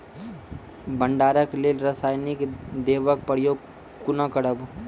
भंडारणक लेल रासायनिक दवेक प्रयोग कुना करव?